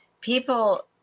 people